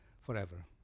forever